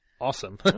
awesome